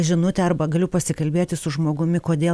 žinutę arba galiu pasikalbėti su žmogumi kodėl